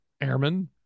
airman